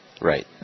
Right